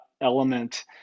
element